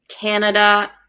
canada